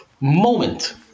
moment